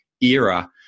era